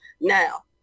Now